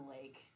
Lake